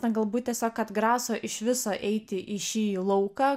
na galbūt tiesiog atgraso iš viso eiti į šį lauką